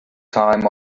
time